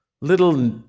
little